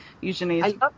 usually